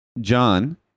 John